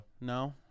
No